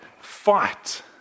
fight